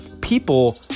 People